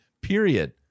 period